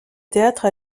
théâtre